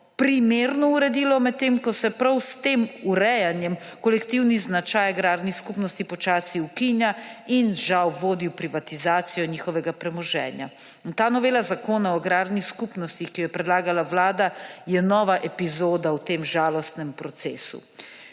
primerno uredila, medtem ko se prav s tem urejanjem kolektivni značaj agrarnih skupnosti počasi ukinja in žal vodi v privatizacijo njihovega premoženja. Ta novela zakona o agrarnih skupnostih, ki jo je predlagala vlada, je nova epizoda v tem žalostnem procesu.